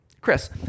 Chris